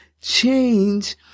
change